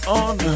on